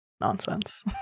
nonsense